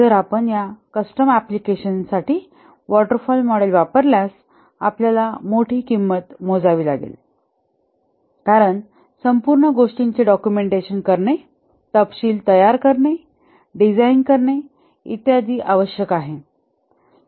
जर आपण या कस्टम अँप्लिकेशन्ससाठी वॉटर फॉल मॉडेल वापरल्यास आपल्याला मोठी किंमत मोजावी लागेल कारण संपूर्ण गोष्टीचे डॉक्युमेंटेशन करणे तपशील तयार करणे डिझाइन करणे इत्यादी आवश्यक आहे